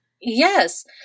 Yes